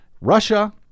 Russia